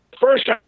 first